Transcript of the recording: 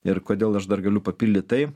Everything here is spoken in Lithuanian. ir kodėl aš dar galiu papildyt tai